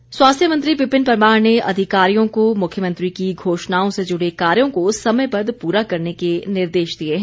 परमार स्वास्थ्य मंत्री विपिन परमार ने अधिकारियों को मुख्यमंत्री की घोषणाओं से जुड़े कार्यो को समयबद्द पूरा करने के निर्देश दिए हैं